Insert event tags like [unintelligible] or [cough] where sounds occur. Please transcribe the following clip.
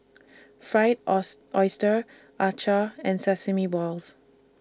Fried [unintelligible] Oyster Acar and Sesame Balls